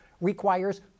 requires